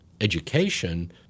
education